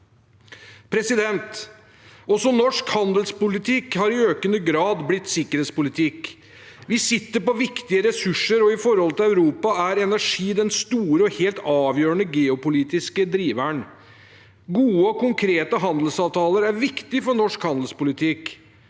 Barentshavet. Også norsk handelspolitikk har i økende grad blitt sikkerhetspolitikk. Vi sitter på viktige ressurser, og i forholdet til Europa er energi den store og helt avgjørende geopolitiske driveren. Gode og konkrete handelsavtaler er viktig for norsk handelspolitikk.